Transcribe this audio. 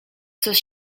coś